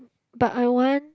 but I want